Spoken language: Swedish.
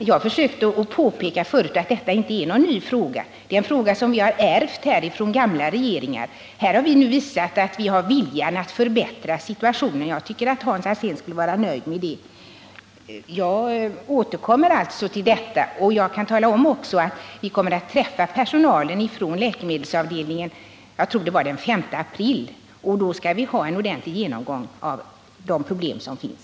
Herr talman! Jag försökte påpeka förut att detta inte är någon ny fråga. Det är en fråga som vi har ärvt från gamla regeringar. Vi har nu visat att vi har viljan att förbättra situationen, och jag tycker att Hans Alsén skulle vara nöjd med det. Jag skall återkomma till denna fråga, och jag kan också tala om att vi kommer att träffa personalen från läkemedelsavdelningen — jag tror att det blir den 5 april. Då skall vi göra en ordentlig genomgång av de problem som finns.